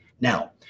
Now